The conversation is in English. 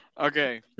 Okay